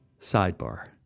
Sidebar